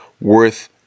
worth